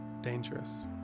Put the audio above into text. dangerous